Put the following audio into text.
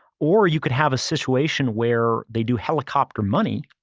or you could have a situation where they do helicopter money,